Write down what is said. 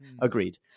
Agreed